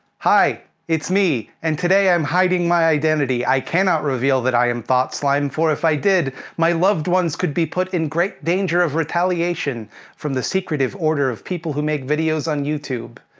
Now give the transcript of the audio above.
hi, it's me, and today i'm hiding my identity. i cannot reveal, that i am thought slime, for if i did, my loved ones could be put in great danger of retaliation from the secretive order of people, who make videos on youtube.